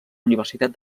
universitat